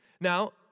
Now